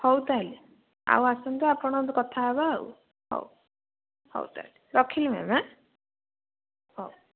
ହଉ ତା'ହେଲେ ଆଉ ଆସନ୍ତୁ ଆପଣ କଥା ହେବା ଆଉ ହଉ ହଉ ତା'ହେଲେ ରଖିଲି ମ୍ୟାମ୍ ହଉ